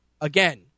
Again